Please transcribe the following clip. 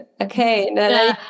Okay